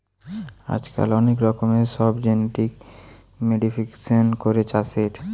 আজকাল অনেক রকমের সব জেনেটিক মোডিফিকেশান করে চাষের